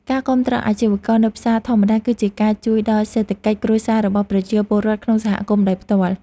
ការគាំទ្រអាជីវករនៅផ្សារធម្មតាគឺជាការជួយដល់សេដ្ឋកិច្ចគ្រួសាររបស់ប្រជាពលរដ្ឋក្នុងសហគមន៍ដោយផ្ទាល់។